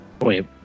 Wait